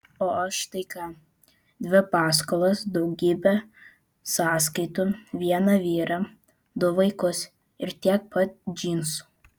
o aš tai ką dvi paskolas daugybę sąskaitų vieną vyrą du vaikus ir tiek pat džinsų